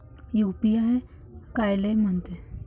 UPI कायले म्हनते?